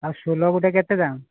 ଆଉ ସୋଲୋ ଗୋଟିଏ କେତେ ଦାମ୍